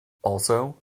also